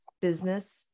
business